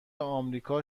آمریکا